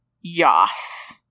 Yas